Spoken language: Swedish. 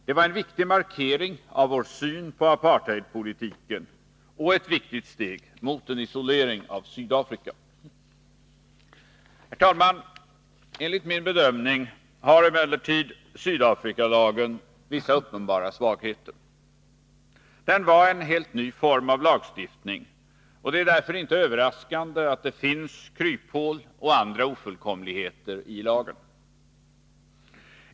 Det var en klar markering av vår syn på apartheidpolitiken och ett viktigt steg mot en isolering av Sydafrika. Enligt min bedömning har Sydafrikalagen emellertid vissa uppenbara svagheter. Den var en helt ny form av lagstiftning, och det är därför inte överraskande att det finns kryphål och andra ofullkomligheter i lagen.